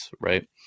right